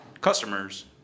customers